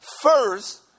First